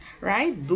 right